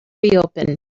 reopen